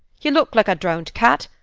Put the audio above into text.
ye look like a drowned cat.